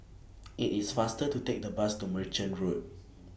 IT IS faster to Take The Bus to Merchant Road